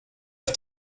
auf